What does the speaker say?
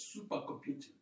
supercomputing